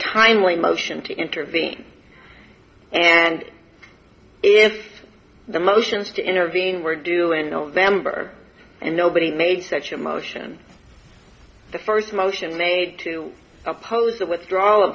timely motion to intervene and if the motions to intervene were due in november and nobody made such a motion the first motion made to oppose the withdrawal